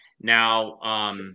now –